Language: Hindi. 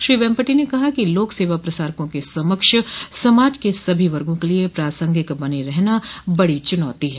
श्री वेम्पटि ने कहा कि लोक सेवा प्रसारकों के समक्ष समाज के सभी वर्गों के लिए प्रासंगिक बने रहना बड़ी चुनौती है